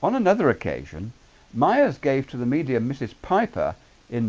on another occasion mya's gave to the medium mrs. piper